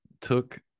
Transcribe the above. took